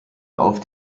auf